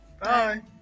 Bye